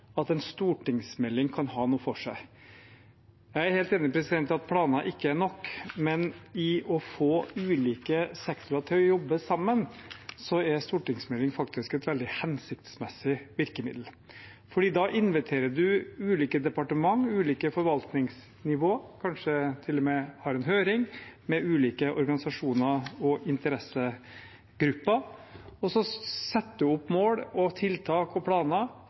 at en stortingsmelding kan ha noe for seg. Jeg er helt enig i at planer ikke er nok, men for å få ulike sektorer til å jobbe sammen er en stortingsmelding faktisk et veldig hensiktsmessig virkemiddel. For da inviterer man ulike departementer og forvaltningsnivåer, har kanskje til og med en høring med ulike organisasjoner og interessegrupper, og så setter man opp mål, tiltak og planer